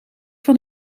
van